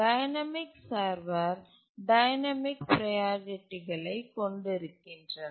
dynamic servers dynamic ப்ரையாரிட்டிகளைக் கொண்டிருக்கின்றன